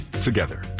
Together